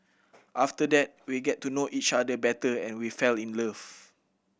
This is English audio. after that we get to know each other better and we fell in love